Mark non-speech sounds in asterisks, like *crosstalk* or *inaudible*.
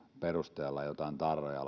perusteella autoihin laitettaisiin jotain tarroja *unintelligible*